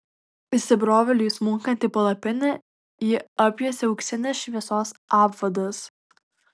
įsibrovėliui smunkant į palapinę jį apjuosė auksinės šviesos apvadas